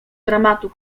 dramatu